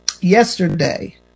yesterday